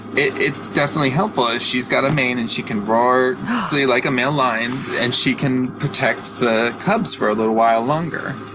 it's definitely helpful if she's got a mane and she can roar like a male lion and she can protect the cubs for a little while longer.